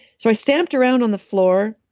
so, i stamped around on the floor,